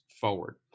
forward